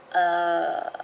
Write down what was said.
a